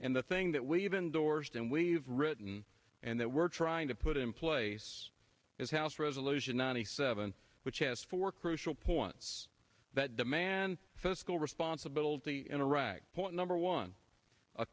and the thing that we've indorsed and we've written and that we're trying to put in place is house resolution ninety seven which has four crucial points that demand fiscal responsibility in iraq point number one a